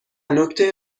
نکته